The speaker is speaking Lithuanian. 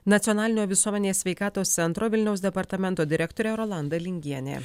nacionalinio visuomenės sveikatos centro vilniaus departamento direktorė rolanda lingienė